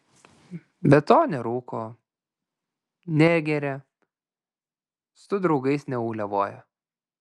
be to nerūko negeria su draugais neuliavoja